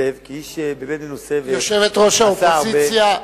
זאב, כאיש באמת מנוסה, יושבת-ראש האופוזיציה,